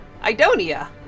Idonia